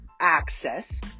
access